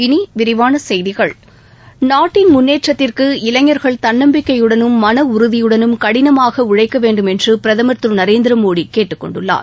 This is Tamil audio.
இனி விரிவான செய்திகள் நாட்டின் முன்னேற்றத்திற்கு இளைஞர்கள் தன்னம்பிக்கையுடனும் மனஉறுதியுடனும் கடினமாக உழைக்க வேண்டும் என்று பிரதமர் திரு நரேந்திர மோடி கேட்டுக் கொண்டுள்ளார்